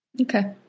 Okay